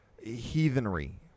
heathenry